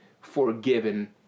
forgiven